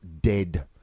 dead